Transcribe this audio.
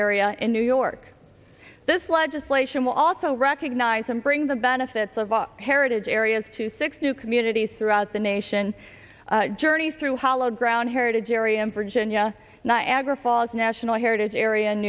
area in new york this legislation will also recognize and bring the benefits of our heritage areas to six new communities throughout the nation journey through hollowed ground heritage area and virginia niagara falls national heritage area